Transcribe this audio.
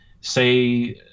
Say